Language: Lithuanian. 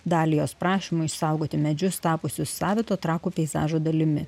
dalį jos prašymų išsaugoti medžius tapusiu savito trakų peizažo dalimi